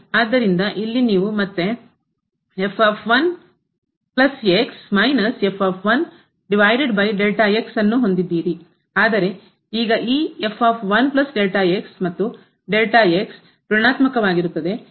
ಆದ್ದರಿಂದ ಇಲ್ಲಿ ನೀವು ಮತ್ತೆ ಆದರೆ ಈಗ ಈ Δ x ಮತ್ತು ಋಣಾತ್ಮಕ ವಾಗಿರುತ್ತದೆ ರಿಂದ ಲೆಕ್ಕಹಾಕಲಾಗುತ್ತದೆ